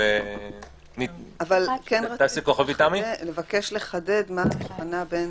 אבל כן רציתי לבקש לחדד מה ההבחנה בין